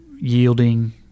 yielding